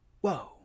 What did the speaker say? Whoa